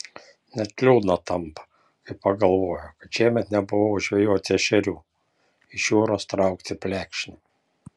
net liūdna tampa kai pagalvoju kad šiemet nebuvau žvejoti ešerių iš jūros traukti plekšnių